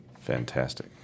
Fantastic